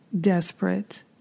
desperate